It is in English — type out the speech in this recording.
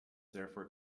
therefore